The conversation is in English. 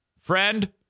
friend